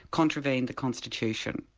contravened the constitution?